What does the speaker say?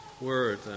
word